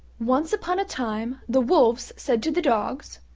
once upon a time the wolves said to the dogs,